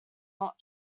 not